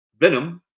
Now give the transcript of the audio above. venom